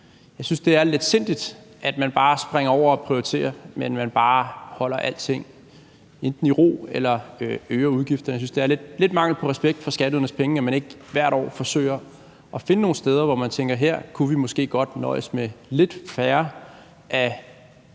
Jeg synes, det er letsindigt, at man springer over det at prioritere og enten bare holder alting i ro eller øger udgifterne. Jeg synes, det er lidt mangel på respekt for skatteydernes penge, at man ikke hvert år forsøger at finde nogle steder, hvor man tænker: Her kunne vi måske godt nøjes med lidt færre af